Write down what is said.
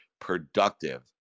productive